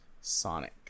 Sonic